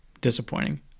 disappointing